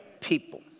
people